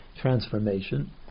transformation